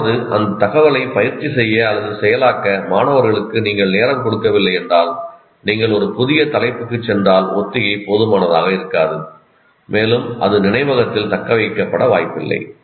அதாவது அந்தத் தகவலைப் பயிற்சி செய்ய அல்லது செயலாக்க மாணவர்களுக்கு நீங்கள் நேரம் கொடுக்கவில்லை என்றால் நீங்கள் ஒரு புதிய தலைப்புக்குச் சென்றால் ஒத்திகை போதுமானதாக இருக்காது மேலும் அது நினைவகத்தில் தக்கவைக்கப்பட வாய்ப்பில்லை